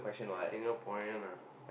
Singaporean